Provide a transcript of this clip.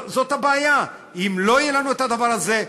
זו הבעיה: אם לא יהיה לנו הדבר הזה,